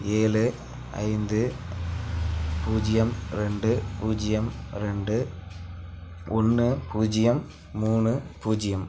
ஏழு ஐந்து பூஜ்யம் ரெண்டு பூஜ்யம் ரெண்டு ஒன்று பூஜ்யம் மூணு பூஜ்யம்